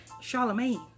Charlemagne